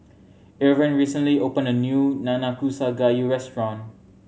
Irven recently opened a new Nanakusa Gayu restaurant